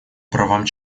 правам